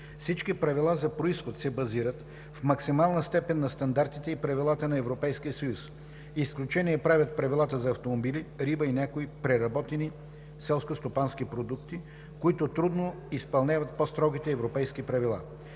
Всички правила за произход се базират в максимална степен на стандартите и правилата на Европейския съюз. Изключение правят правилата за автомобили, риба и някои преработени селскостопански продукти, които трудно изпълняват по-строгите европейски правила.